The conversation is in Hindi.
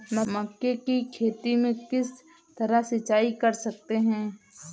मक्के की खेती में किस तरह सिंचाई कर सकते हैं?